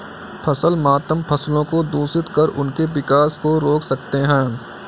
फसल मातम फसलों को दूषित कर उनके विकास को रोक सकते हैं